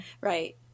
Right